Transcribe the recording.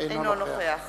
אינו נוכח